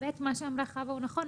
מה שאמרה חוה, זה נכון.